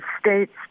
states